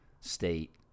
state